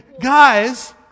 guys